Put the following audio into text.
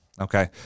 Okay